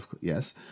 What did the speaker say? Yes